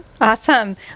Awesome